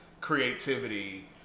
creativity